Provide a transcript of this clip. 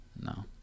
no